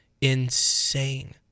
Insane